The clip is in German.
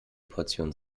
portion